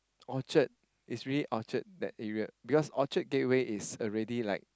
Orchard is really Orchard that area because Orchard Gateway is already like